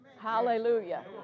Hallelujah